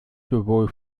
sowohl